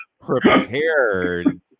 prepared